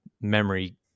memory